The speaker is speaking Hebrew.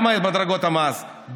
גם במדרגות המס,